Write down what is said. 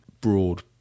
broad